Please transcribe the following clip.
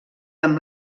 amb